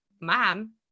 mom